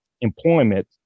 employment